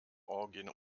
orgien